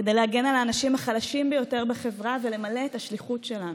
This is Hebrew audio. כדי להגן על האנשים החלשים ביותר בחברה ולמלא את השליחות שלנו.